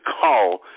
call